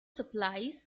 supplies